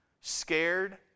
scared